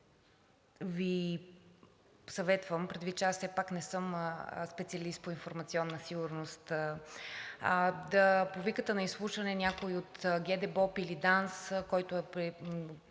Ви съветвам, предвид че аз все пак не съм специалист по информационна сигурност, е да повикате на изслушване някой от ГДБОП или ДАНС, който е